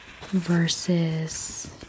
versus